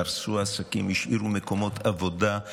קרסו העסקים,